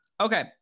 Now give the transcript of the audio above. okay